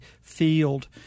field